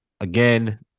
Again